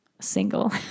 single